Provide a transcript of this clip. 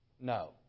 No